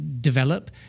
develop